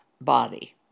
body